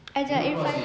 ajak irfan